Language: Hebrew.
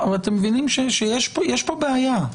אבל אתם מבינים שיש פה בעיה.